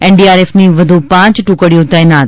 એનડીઆરએફની વધુ પાંચ ટુકડીઓ તેનાત